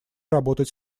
работать